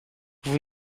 vous